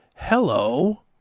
hello